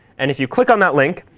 and if you click on that link,